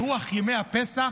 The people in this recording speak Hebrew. ברוח ימי הפסח,